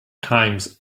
times